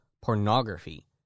pornography